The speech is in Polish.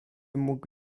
mógł